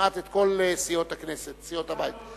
כמעט את כל סיעות הכנסת, סיעות הבית.